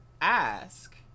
ask